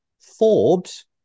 Forbes